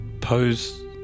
pose